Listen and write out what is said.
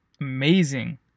amazing